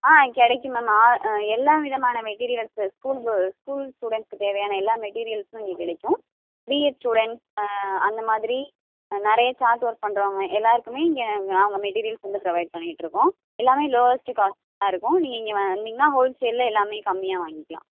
ஆ கிடைக்கும் மேம் எல்லா விதமான மெட்டிரியல்ஸு ஸ்கூல் ப ஸ்கூல் ஸ்டூடெண்ட்ஸுக்கு தேவையான எல்லா மெட்டிரியல்ஸும் இங்கே கிடைக்கும் பிஏட் ஸ்டூடெண்ட்ஸ் அந்தமாதிரி நிறைய சார்ட் ஒர்க் பண்ணுறவங்க எல்லோருக்குமே இங்கே நாங்கள் மெட்டிரியல்ஸ் வந்து ப்ரொவைட் பண்ணிகிட்ருக்கோம் எல்லாமே லோயஸ்ட்டு காஸ்ட்டாக இருக்கும் நீங்கள் இங்கே வந்தீங்கன்னால் ஹோல் சேல்லில் எல்லாமே கம்மியாக வாங்கிக்கலாம்